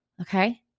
okay